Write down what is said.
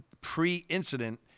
pre-incident